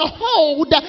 hold